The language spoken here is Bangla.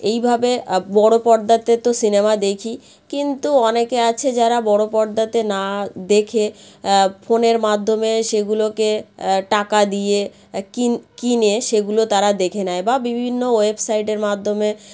এইভাবে বড়োপর্দাতে তো সিনেমা দেখি কিন্তু অনেকে আছে যারা বড়ো পর্দাতে না দেখে ফোনের মাধ্যমে সেগুলোকে টাকা দিয়ে কিনে সেগুলো তারা দেখে নেয় বা বিভিন্ন ওয়েবসাইটের মাধ্যমে